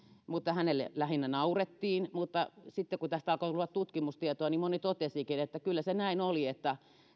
mutta hänelle lähinnä naurettiin mutta sitten kun tästä alkoi tulla tutkimustietoa niin moni totesikin että kyllä se näin oli että